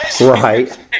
Right